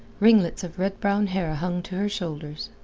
ringlets of red-brown hair hung to her shoulders.